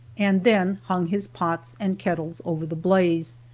and then hung his pots and kettle over the blaze.